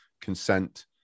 consent